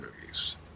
movies